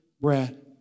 bread